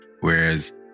whereas